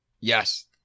Yes